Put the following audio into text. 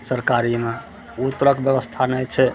सरकारीमे ओ तरहक बेबस्था नहि छै